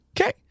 Okay